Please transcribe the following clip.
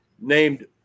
named